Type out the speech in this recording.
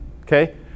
Okay